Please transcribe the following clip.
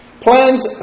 Plans